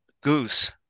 goose